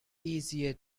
easier